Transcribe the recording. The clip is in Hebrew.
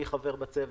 אני חבר בצוות,